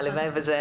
הלוואי וזה היה